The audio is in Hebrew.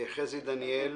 חזי דניאל